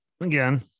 again